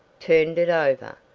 turned it over,